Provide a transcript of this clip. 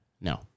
No